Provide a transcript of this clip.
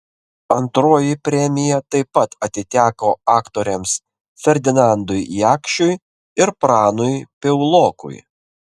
antroji premija taip pat atiteko aktoriams ferdinandui jakšiui ir pranui piaulokui